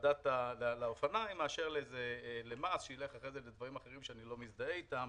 שילך לאופניים מאשר למס שילך לדברים אחרים שאני לא מזדהה אתם.